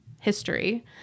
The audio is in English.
history